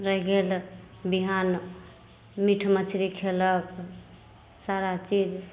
रहि गेल बिहान मीट मछरी खेलक सारा चीज